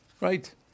right